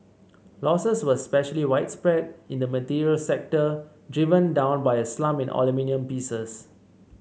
losses were especially widespread in the materials sector driven down by a slump in aluminium pieces